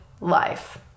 life